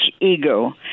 ego